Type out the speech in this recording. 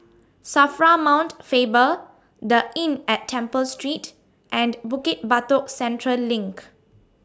SAFRA Mount Faber The Inn At Temple Street and Bukit Batok Central LINK